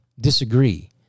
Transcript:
disagree